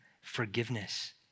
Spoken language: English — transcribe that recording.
forgiveness